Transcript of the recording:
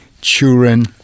children